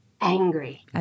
angry